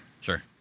Sure